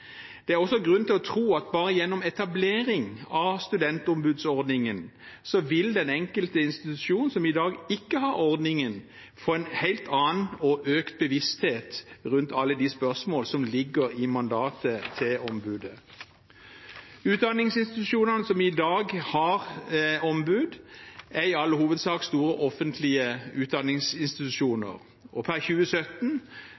Det er også grunn til å tro at bare gjennom etablering av studentombudsordningen vil den enkelte institusjon som i dag ikke har ordningen, få en helt annen og økt bevissthet rundt alle de spørsmål som ligger i mandatet til ombudet. Utdanningsinstitusjonene som i dag har ombud, er i all hovedsak store offentlige